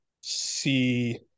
see